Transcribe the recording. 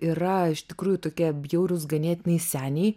yra iš tikrųjų tokie bjaurūs ganėtinai seniai